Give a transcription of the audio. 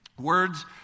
Words